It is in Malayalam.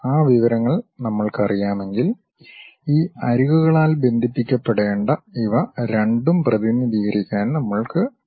ആ വിവരങ്ങൾ നമ്മൾക്കറിയാമെങ്കിൽ ഈ അരികുകളാൽ ബന്ധിപ്പിക്കപ്പെടേണ്ട ഇവ രണ്ടും പ്രതിനിധീകരിക്കാൻ നമ്മൾക്ക് കഴിയും